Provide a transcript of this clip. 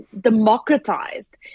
democratized